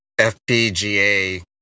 fpga